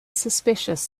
suspicious